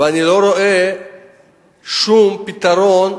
ואני לא רואה שום פתרון,